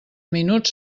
minuts